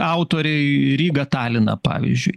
autoriai rygą taliną pavyzdžiui